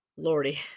Lordy